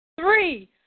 three